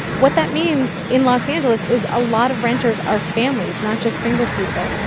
what that means in los angeles is a lot of renters are families, not just single people.